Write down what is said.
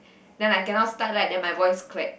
then I cannot start right then my voice crack